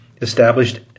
established